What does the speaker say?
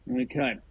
Okay